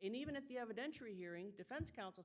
in even at the evidentiary hearing defense counsel